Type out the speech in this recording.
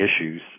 issues